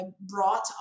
brought